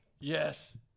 Yes